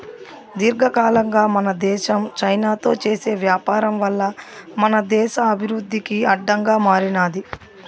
దీర్ఘకాలంగా మన దేశం చైనాతో చేసే వ్యాపారం వల్ల మన దేశ అభివృద్ధికి అడ్డంగా మారినాది